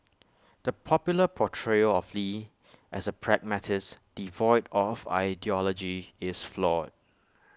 the popular portrayal of lee as A pragmatist devoid of ideology is flawed